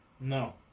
No